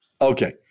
Okay